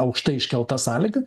aukštai iškelta sąlyga